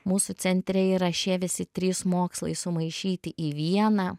mūsų centre yra šie visi trys mokslai sumaišyti į vieną